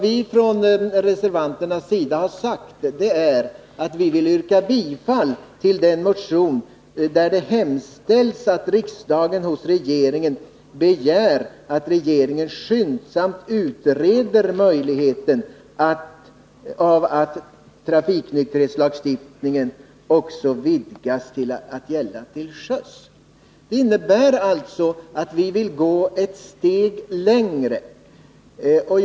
Vi reservanter yrkar bifall till den motion i vilken det hemställs att riksdagen hos regeringen begär att regeringen skyndsamt utreder möjligheten att trafiknykterhetslagstiftningen vidgas till att gälla också till sjöss. Det innebär att vi vill gå ett steg längre än vad som nu gäller.